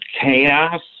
chaos